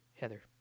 Heather